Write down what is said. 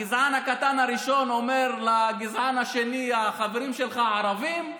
הגזען הקטן הראשון אומר לגזען השני: החברים שלך ערבים.